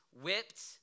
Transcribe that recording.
whipped